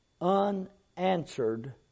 unanswered